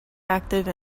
active